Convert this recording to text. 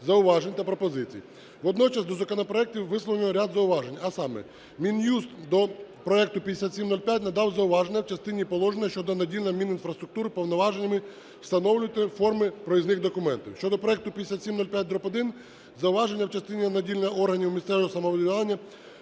зауважень та пропозицій. Водночас до законопроектів висловлено ряд зауважень. А саме: Мін'юст до проекту 5705 надав зауваження в частині положення щодо наділення Мінінфраструктури повноваженнями встановлювати форми проїзних документів; щодо проекту 5705-1 зауваження в частині наділення органів місцевого самоврядування